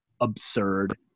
absurd